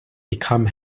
become